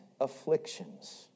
afflictions